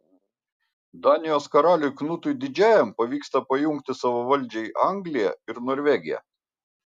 danijos karaliui knutui didžiajam pavyksta pajungti savo valdžiai angliją ir norvegiją